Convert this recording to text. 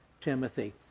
Timothy